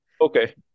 Okay